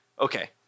Okay